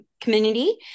community